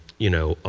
you know,